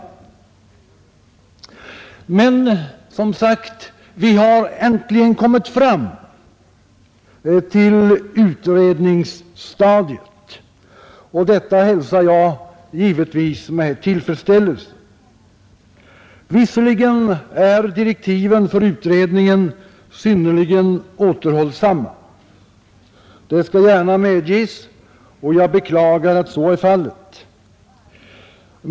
8 i i 17 mars 1971 Men vi har som sagt äntligen kommit fram till utredningsstadiet, och det hälsar jag givetvis med tillfredsställelse. Visserligen är direktiven för Sänkning av den utredningen synnerligen återhållsamma — det skall gärna medges — och allmänna pensionsjag beklagar att så är fallet.